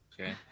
okay